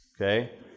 Okay